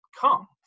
come